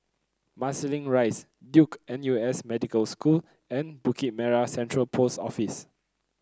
Marsiling Rise Duke N U S Medical School and Bukit Merah Central Post Office